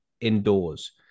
indoors